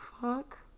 fuck